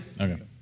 Okay